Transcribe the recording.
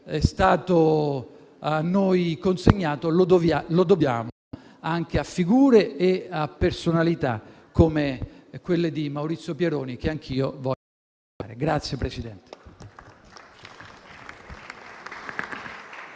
stato a noi consegnato, lo dobbiamo anche a figure e a personalità come quella di Maurizio Pieroni, che anch'io voglio ricordare.